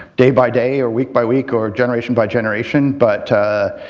day by day or week by week or generation by generation, but